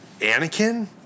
Anakin